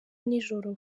n’ijoro